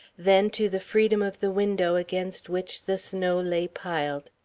then to the freedom of the window against which the snow lay piled,